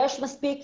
יש מספיק.